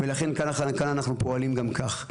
ולכן, כאן אנחנו פועלים גם כך.